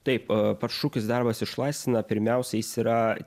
taip pats šūkis darbas išlaisvina pirmiausia jis yra